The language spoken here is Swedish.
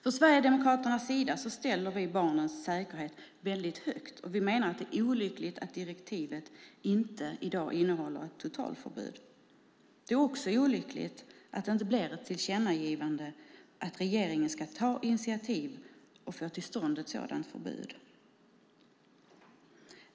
Från Sverigedemokraternas sida sätter vi barns säkerhet väldigt högt. Vi menar att det är olyckligt att direktivet inte innehåller ett totalförbud. Det är också olyckligt att det inte blir något tillkännagivande om att regeringen ska ta initiativ för att få till stånd ett sådant förbud.